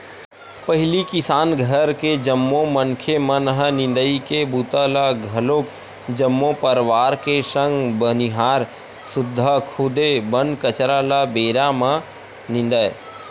पहिली किसान घर के जम्मो मनखे मन ह निंदई के बूता ल घलोक जम्मो परवार के संग बनिहार सुद्धा खुदे बन कचरा ल बेरा म निंदय